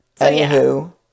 anywho